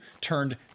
turned